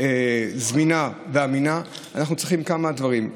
זמינה ואמינה, אנחנו צריכים כמה דברים.